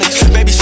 Baby